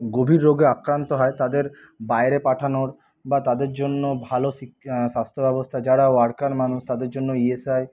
গভীর রোগে আক্রান্ত হয় তাদের বাইরে পাঠানোর বা তাদের জন্য ভালো স্বাস্থ্য ব্যবস্থা যারা ওয়ার্কার মানুষ তাদের জন্য ইএসআই